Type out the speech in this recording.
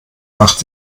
macht